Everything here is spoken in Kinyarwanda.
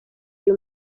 uyu